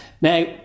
Now